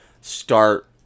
start